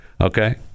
okay